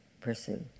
pursue